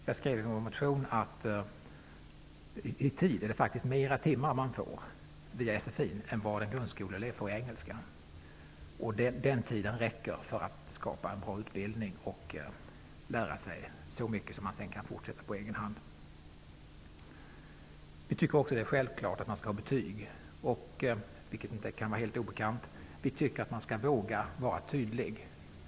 Jag skrev i vår motion att man faktiskt i tid får fler timmar via SFI än vad en grundskoleelev får i engelska. Den tiden räcker för att skapa en bra utbildning och lära sig så mycket att man sedan kan fortsätta på egen hand. Vi tycker också det är självklart att man skall ha betyg, vilket inte kan vara helt obekant. Vi tycker att man skall våga vara tydlig.